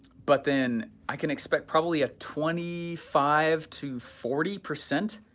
but then i can expect probably a twenty five to forty percent,